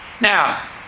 Now